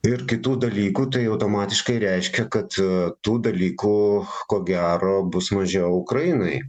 ir kitų dalykų tai automatiškai reiškia kad tų dalykų ko gero bus mažiau ukrainai